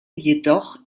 jedoch